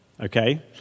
okay